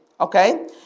Okay